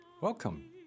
Welcome